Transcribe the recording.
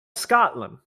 scotland